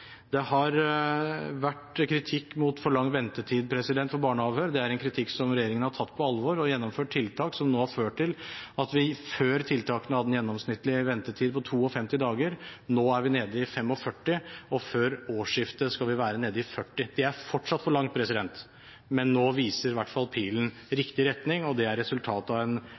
Det er en kritikk som regjeringen har tatt på alvor. Det er gjennomført tiltak som har ført til at mens vi før hadde en gjennomsnittlig ventetid på 52 dager, er den nå nede i 45, og før årsskiftet skal den være nede i 40. Det er fortsatt for lang ventetid, men nå viser i hvert fall pilen riktig retning. Dette er resultatet av